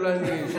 אולי אני אישאר,